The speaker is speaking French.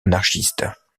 anarchistes